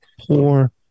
poor